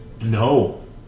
No